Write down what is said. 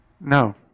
no